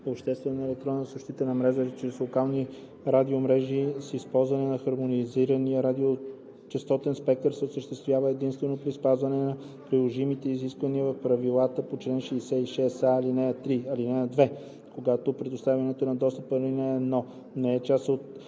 обществена електронна съобщителна мрежа чрез локални радиомрежи с използване на хармонизирания радиочестотен спектър се осъществява единствено при спазване на приложимите изисквания в правилата по чл. 66а, ал. 3. (2) Когато предоставянето на достъп по ал. 1 не е част от